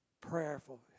Prayerful